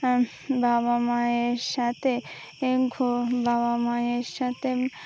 বাবা মায়ের সাথে ঘো বাবা মায়ের সাথে